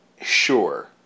sure